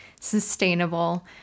sustainable